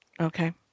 Okay